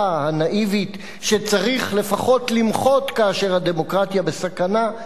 הנאיבית שצריך לפחות למחות כאשר הדמוקרטיה בסכנה,